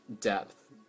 depth